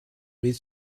read